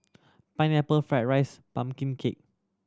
Pineapple Fried rice pumpkin cake